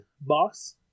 boss